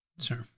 Sure